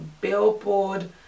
Billboard